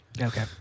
Okay